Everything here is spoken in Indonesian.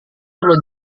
perlu